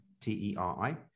T-E-R-I